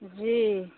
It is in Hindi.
जी